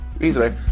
Easily